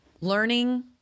Learning